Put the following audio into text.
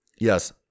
Yes